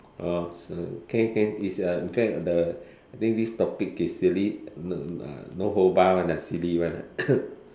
uh so can can is uh in fact the I think this topic is silly n~ no holds barred one ah silly one ah